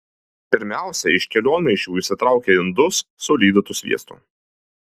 pirmiausia iš kelionmaišių išsitraukia indus su lydytu sviestu